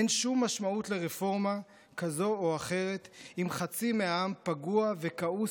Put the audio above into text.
אין שום משמעות לרפורמה כזו או אחרת אם חצי מהעם פגוע וכעוס